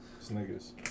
Snickers